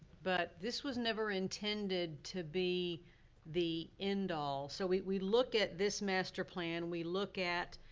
but this was never intended to be the end-all. so we we look at this master plan, we look at,